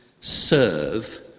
serve